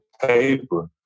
paper